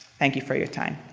thank you for your time.